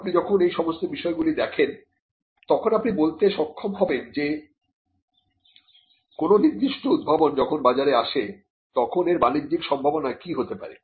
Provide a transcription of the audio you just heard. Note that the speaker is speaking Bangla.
আপনি যখন এই সমস্ত বিষয়গুলি দেখেন তখন আপনি বলতে সক্ষম হবেন যে কোন নির্দিষ্ট উদ্ভাবন যখন বাজারে আসে তখন এর বাণিজ্যিক সম্ভাবনা কি হতে পারে